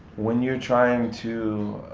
when you're trying to